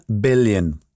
billion